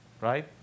Right